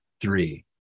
three